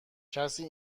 کسی